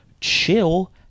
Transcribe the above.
chill